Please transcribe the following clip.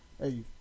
Hey